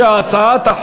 לרשותך עשר דקות.